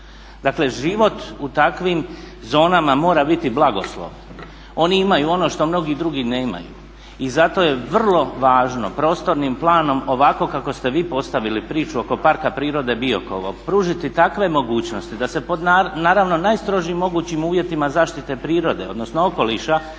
Dakle život u takvim zonama mora biti blagoslov. Oni imaju on što mnogi drugi nemaju i zato je vrlo važno prostornim planom ovako kako ste vi postavili priču oko Parka prirode Biokovo pružiti takve mogućnosti da se pod naravno najstrožim mogućim uvjetima zaštite prirode odnosno okoliša